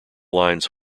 lines